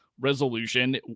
resolution